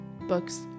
books